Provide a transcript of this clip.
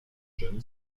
johnny